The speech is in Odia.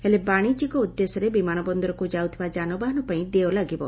ହେଲେ ବାଶିଜ୍ୟିକ ଉଦ୍ଦେଶ୍ୟ ବିମାନ ବନ୍ଦରକୁ ଯାଉଥିବା ଯାନବାହାନ ପାଇଁ ଦେୟ ଲାଗିବ